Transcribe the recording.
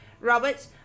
Robert